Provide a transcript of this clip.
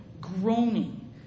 groaning